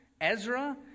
Ezra